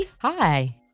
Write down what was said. Hi